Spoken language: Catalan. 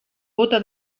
bóta